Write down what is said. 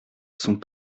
sont